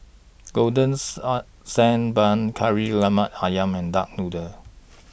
Golden Sand Bun Kari Lemak Ayam and Duck Noodle